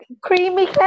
creamy